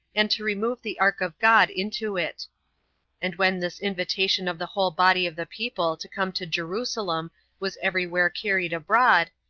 and to remove the ark of god into it and when this invitation of the whole body of the people to come to jerusalem was every where carried abroad,